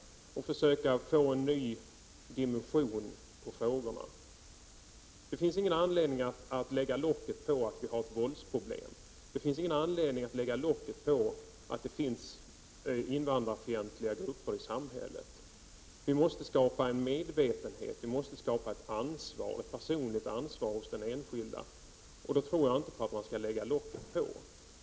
På det sättet får man en ny dimension på frågorna. Det finns ingen anledning att lägga locket på när det gäller det förhållandet att vi har ett våldsproblem eller att det finns invandrarfientliga grupper i samhället. Vi måste skapa en medvetenhet och ett personligt ansvar hos den enskilda, och då menar jag att man inte skall lägga locket på.